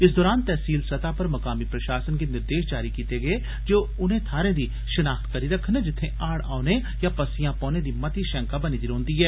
इस दरान तहसील सतह पर मकामी प्रशासन गी निर्देश जारी कीते गे न जे ओह् उनें थाहरें दी शनाख्त करी रक्खन जित्थे हाड़ औने जां पस्सियां पौने दी शैंका मती बनी दी रौंदी ऐ